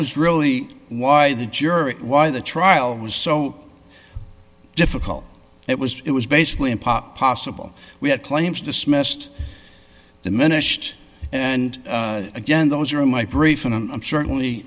was really why the jury why the trial was so difficult it was it was basically impossible we had claims dismissed diminished and again those are my brief and i'm certainly